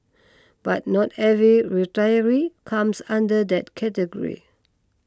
but not every retiree comes under that category